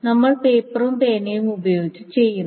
നമ്മൾ പേപ്പറും പേനയും ഉപയോഗിച്ച് ചെയ്യുന്നു